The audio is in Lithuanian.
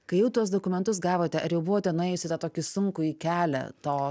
kai jau tuos dokumentus gavote ar jau buvote nuėjusi tokį sunkųjį kelią to